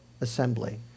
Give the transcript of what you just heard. assembly